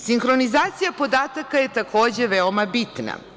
Sinhronizacija podataka je takođe veoma bitna.